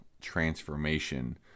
transformation